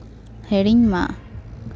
ᱦᱤᱲᱤᱧ ᱢᱟ